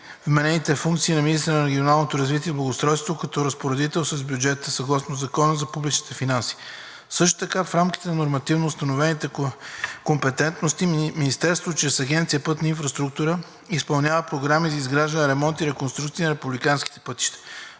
вменените функции на министъра на регионалното развитите и благоустройство като разпоредител с бюджет съгласно Закона за публичните финанси. Също така в рамките на нормативно установените компетентности Министерството, чрез Агенция „Пътна инфраструктура“, изпълнява програми за изграждане, ремонт и реконструкция на републиканските пътища.